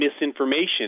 misinformation